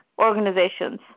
organizations